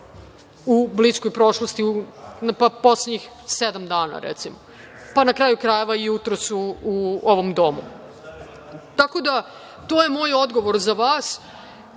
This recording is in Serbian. u bliskoj prošlosti, poslednjih sedam dana, recimo, na kraju krajeva jutros u ovom Domu. Tako da, to je moj odgovor za vas.